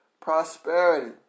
prosperity